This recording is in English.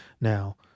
now